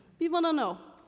we wanna know,